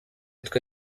twe